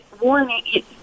warning